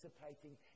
participating